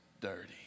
dirty